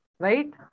Right